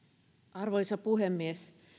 arvoisa puhemies